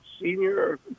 senior